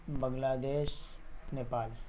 بنگلہ دیش نیپال